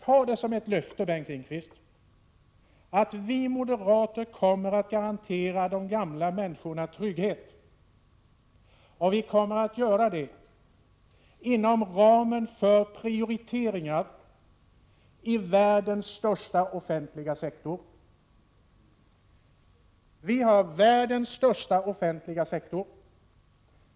Ta det som ett löfte, Bengt Lindqvist, att vi moderater kommer att garantera de gamla människorna trygghet — och att vi kommer att göra det inom ramen för omprioriteringar i världens största offentliga sektor. Vi har alltså världens största offentliga sektor.